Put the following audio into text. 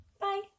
bye